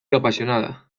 apasionada